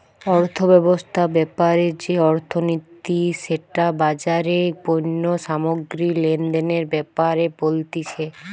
অর্থব্যবস্থা ব্যাপারে যে অর্থনীতি সেটা বাজারে পণ্য সামগ্রী লেনদেনের ব্যাপারে বলতিছে